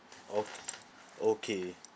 ok~ okay